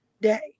day